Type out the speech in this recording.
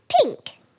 Pink